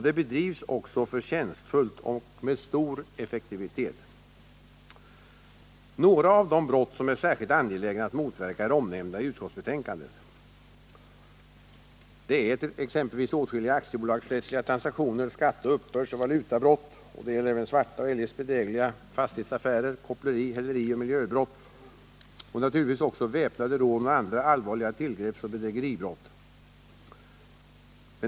Det bedrivs också förtjänstfullt och med stor effektivitet. Några av de brott som är särskilt angelägna att motverka är omnämnda i utskottsbetänkandet. Det är exempelvis aktiebolagsrättsliga transaktioner, skattte-, uppbördsoch valutabrott. Det gäller även svarta och eljest bedrägliga fastighetsaffärer, koppleri, häleri och miljöbrott samt naturligtvis också väpnade rån och andra allvarliga tillgreppsoch bedrägeribrott.